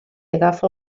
agafa